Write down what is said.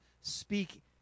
Speak